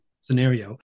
scenario